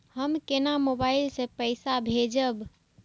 हम केना मोबाइल से पैसा भेजब?